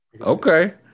Okay